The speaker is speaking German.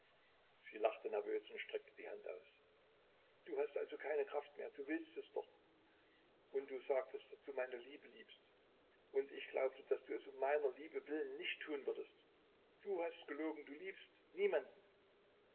sie lachte nervös und streckte die hand aus du hast also keine kraft mehr du willst es doch und du sagtest daß du meine liebe liebst und ich glaubte daß du es um meiner liebe willen nicht tun würdest du hast gelogen du liebst niemanden